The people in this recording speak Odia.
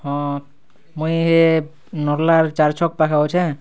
ହଁ ମୁଇଁ ଏ ନର୍ଲାର୍ ଚାଏର୍ ଛକ୍ ପାଖେ ଅଛେଁ